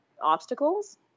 obstacles